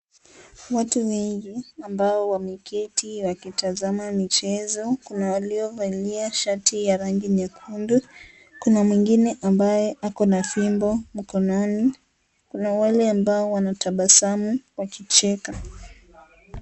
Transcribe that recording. Watu wengi ambao wameketi wakitazama michezo. Kuna waliovalia shati ya rangi nyekundu. Kuna mwengine ambaye ako na fimbo mkononi. Kuna wale ambao wanatabasamu wakicheka.